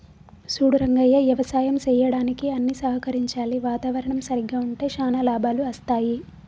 సూడు రంగయ్య యవసాయం సెయ్యడానికి అన్ని సహకరించాలి వాతావరణం సరిగ్గా ఉంటే శానా లాభాలు అస్తాయి